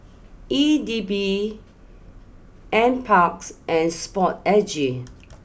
E D B N Parks and Sport A G